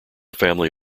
family